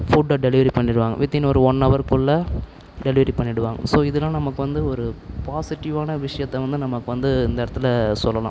ஃபுட்டை டெலிவரி பண்ணிடுவாங்க வித்தின் ஒரு ஒன் அவர் குள்ளே டெலிவரி பண்ணிவிடுவாங்க ஸோ இதெல்லாம் நமக்கு வந்து ஒரு பாசிட்டிவ்வான விஷயத்த வந்து நமக்கு வந்து இந்த இடத்துல சொல்லலாம்